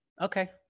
Okay